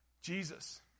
Jesus